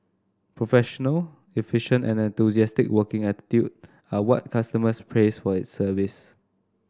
professional efficient and enthusiastic working attitude are what customers praise for its service